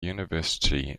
university